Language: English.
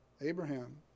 Abraham